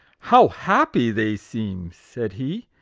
how happy they seem said he.